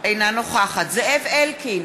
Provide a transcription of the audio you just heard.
אינה נוכחת זאב אלקין,